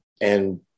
And-